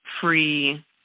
free